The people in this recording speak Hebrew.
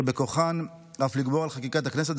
שבכוחן אף לגבור על חקיקת הכנסת,